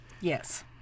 yes